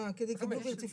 אה, "יקבלו ברציפות".